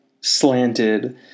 slanted